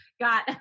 got